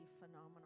phenomenal